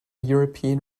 european